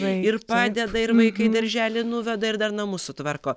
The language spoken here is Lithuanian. ir padeda ir vaiką į darželį nuveda ir dar namus sutvarko